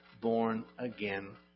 born-again